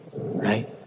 Right